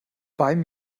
beim